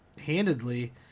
handedly